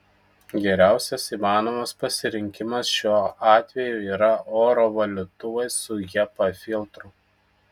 geriausias įmanomas pasirinkimas šiuo atveju yra oro valytuvai su hepa filtru